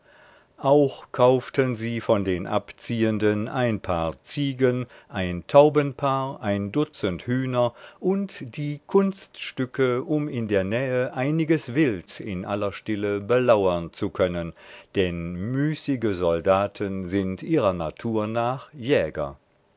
auch kauften sie von den abziehenden ein paar ziegen ein taubenpaar ein dutzend hühner und die kunststücke um in der nähe einiges wild in aller stille belauern zu können denn müßige soldaten sind ihrer natur nach